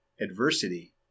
Adversity